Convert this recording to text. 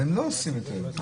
אבל הם לא עושים את זה.